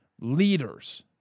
leaders